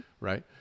Right